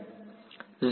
વિદ્યાર્થી 0